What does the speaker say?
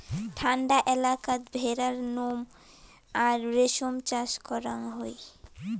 ঠান্ডা এলাকাত ভেড়ার নোম আর রেশম চাষ করাং হই